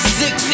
six